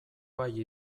bai